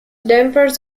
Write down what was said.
dampers